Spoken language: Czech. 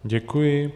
Děkuji.